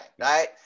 right